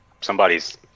somebody's